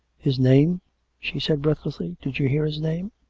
his name she said breathlessly. did you hear his name